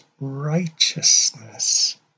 righteousness